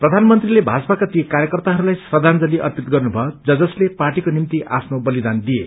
प्रधानमन्त्रीले भाजपाका ती कार्यकर्ताहस्ताई श्रद्धाजलि अर्पित गर्नुभयो ज जसले पार्टीको निभ्ति आफ्नो बलिदान दिए